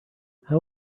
how